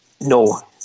no